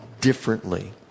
differently